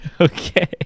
Okay